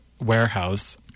warehouse